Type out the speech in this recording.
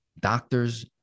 doctors